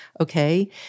okay